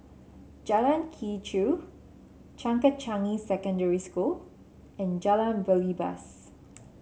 Jalan Quee Chew Changkat Changi Secondary School and Jalan Belibas